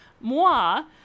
moi